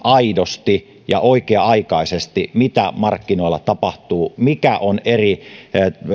aidosti ja oikea aikaisesti mitä markkinoilla tapahtuu ja mikä on eri